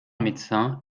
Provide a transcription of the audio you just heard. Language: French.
médecin